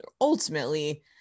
ultimately